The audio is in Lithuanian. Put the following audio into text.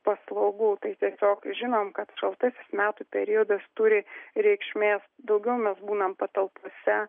paslaugų tai tiesiog žinom kad šaltasis metų periodas turi reikšmės daugiau mes būnam patalpose